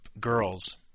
girls